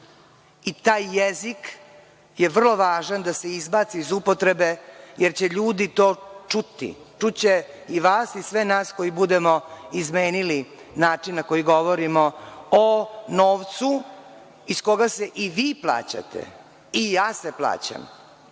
I taj jezik je vrlo važan da se izbaci iz upotrebe, jer će ljudi to čuti, čuće i vas i sve nas koji budemo izmenili način na koji govorimo o novcu iz koga se i vi plaćate i ja se plaćam,